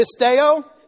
Pisteo